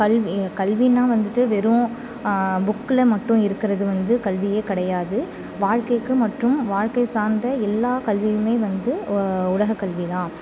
கல்வி கல்வின்னால் வந்துட்டு வெறும் புக்கில் மட்டும் இருக்கிறது வந்து கல்வியே கிடையாது வாழ்க்கைக்கு மற்றும் வாழ்க்கை சார்ந்த எல்லா கல்வியுமே வந்து ஓ உலக கல்வி தான்